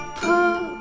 pull